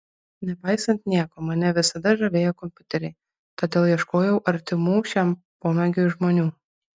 nepaisant nieko mane visada žavėjo kompiuteriai todėl ieškojau artimų šiam pomėgiui žmonių